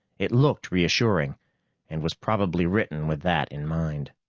it looked reassuring and was probably written with that in mind.